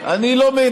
גם לא למדליף.